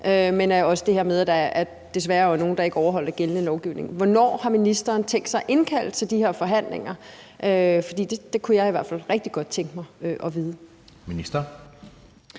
og af det her med, at der desværre er nogle, der ikke overholder gældende lovgivning. Hvornår har ministeren tænkt sig at indkalde til de her forhandlinger? Det kunne jeg i hvert fald rigtig godt tænke mig at vide. Kl.